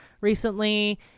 recently